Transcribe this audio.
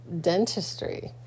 dentistry